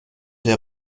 der